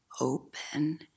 open